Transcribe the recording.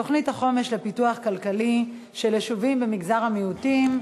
שאילתה מס' 223: תוכנית החומש לפיתוח כלכלי של היישובים במגזר המיעוטים.